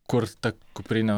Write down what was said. kur ta kuprinė